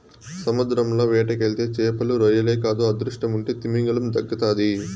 సముద్రంల వేటకెళ్తే చేపలు, రొయ్యలే కాదు అదృష్టముంటే తిమింగలం దక్కతాది